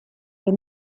wir